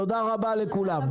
תודה רבה לכולם.